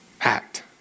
Act